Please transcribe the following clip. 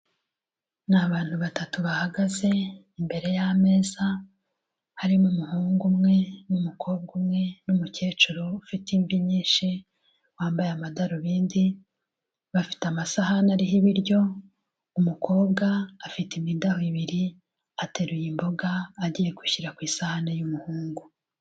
Ni abantu batatu bahagaze imbere y'ameza, harimo umuhungu umwe n'umukobwa umwe, n'umukecuru ufite imvi nyinshi wambaye amadarubindi, bafite amasahani ariho ibiryo, umukobwa afite imidaho ibiri, ateruye imboga agiye gushyira ku isahani y'umuhungu.